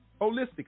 holistically